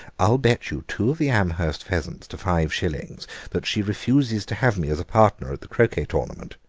i'll bet you two of the amherst pheasants to five shillings that she refuses to have me as a partner at the croquet tournament.